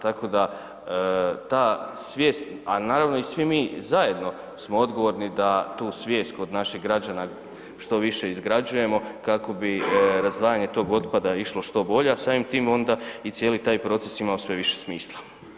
Tako da ta svijest, a naravno i svi mi zajedno smo odgovorni da tu svijest kod naših građana što više izgrađujemo kako bi razdvajanje tog otpada išlo što bolje, a samim tim onda i taj cijeli proces imao sve više smisla.